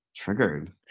Triggered